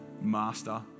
Master